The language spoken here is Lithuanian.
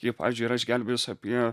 ji pavyzdžiui yra išgelbėjus apie